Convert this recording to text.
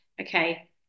okay